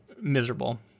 miserable